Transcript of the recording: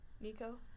Nico